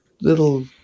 little